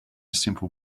simple